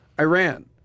Iran